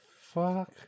Fuck